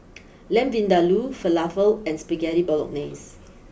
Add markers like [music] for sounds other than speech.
[noise] Lamb Vindaloo Falafel and Spaghetti Bolognese